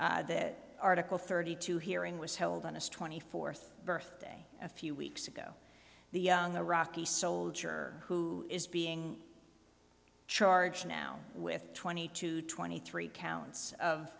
d that article thirty two hearing was held honest twenty fourth birthday a few weeks ago the young iraqi soldier who is being charged now with twenty two twenty three counts of